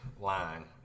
line